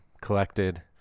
collected